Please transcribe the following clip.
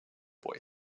boy